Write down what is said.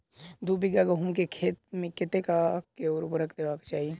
दु बीघा गहूम केँ खेत मे कतेक आ केँ उर्वरक देबाक चाहि?